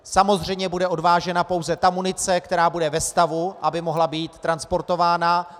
Samozřejmě bude odvážena pouze ta munice, která bude ve stavu, aby mohla být transportována.